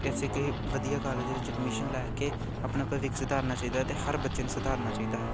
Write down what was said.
ਐਸੇ ਕਈ ਵਧੀਆ ਕਾਲਜ ਵਿੱਚ ਐਡਮਿਸ਼ਨ ਲੈ ਕੇ ਆਪਣਾ ਭਵਿੱਖ ਸੁਧਾਰਨਾ ਚਾਹੀਦਾ ਹੈ ਅਤੇ ਹਰ ਬੱਚੇ ਨੂੰ ਸੁਧਾਰਨਾ ਚਾਹੀਦਾ ਹੈ